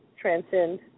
transcend